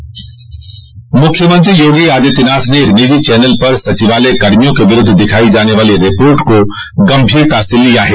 मुख्यमंत्री योगी आदित्यनाथ ने एक निजी चैनल पर सचिवालय कर्मियों के विरूद्व दिखाई जाने वाली रिपोर्ट को गंभीरता से लिया है